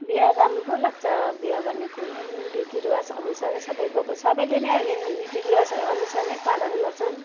बिहा राम्रो लाग्छ बिहा भनेको कुरोहरू रीतिरिवाजअनुसारै सबै सब सबैले नै अहिले रीतिरिवाजअनुसार नै पालन गर्छन्